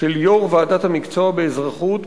של יו"ר ועדת המקצוע באזרחות,